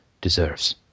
deserves